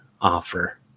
offer